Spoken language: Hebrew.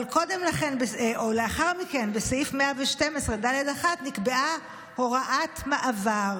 אבל לאחר מכן בסעיף 112(ד)(1) נקבעה הוראת מעבר